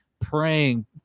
praying